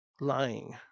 lying